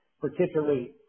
particularly